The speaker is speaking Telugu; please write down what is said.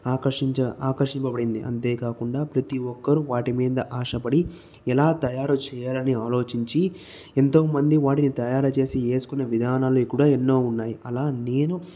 ఆకర్షించే ఆకర్షింపబడింది అంతేకాకుండా ప్రతి ఒక్కరు వాటి మీద ఆశపడి ఎలా తయారు చేయాలని ఆలోచించి ఎంతోమంది వాటిని తయారు చేసి వేసుకునే విధానాలు కూడా ఎన్నో ఉన్నాయి అలా నేను